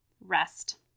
rest